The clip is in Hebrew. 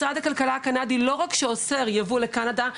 משרד הכלכלה הקנדי לא רק שאוסר ייבוא לקנדה,